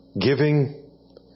Giving